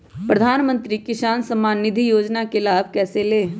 प्रधानमंत्री किसान समान निधि योजना का लाभ कैसे ले?